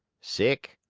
sick!